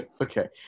Okay